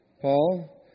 Paul